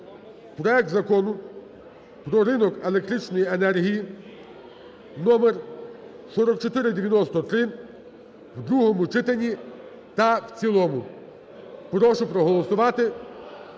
проект Закону про ринок електричної енергії (номер 4493) в другому читанні та в цілому. Прошу проголосувати,